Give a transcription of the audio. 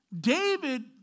David